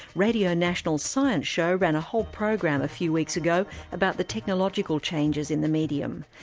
radio national's science show ran a whole program a few weeks ago about the technological changes in the medium.